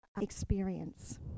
experience